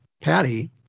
Patty